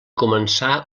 començar